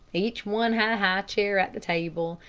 each one had a high chair at the table,